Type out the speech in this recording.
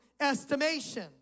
estimation